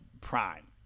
Prime